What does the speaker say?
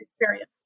experience